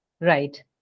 right